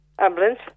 ambulance